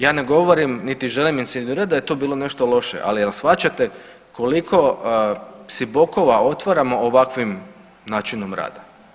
Ja ne govorim niti želim insinuirati da je to bilo nešto loše, ali jel shvaćate koliko si bokova otvaramo ovakvim načinom rada.